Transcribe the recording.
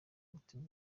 mutima